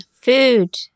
food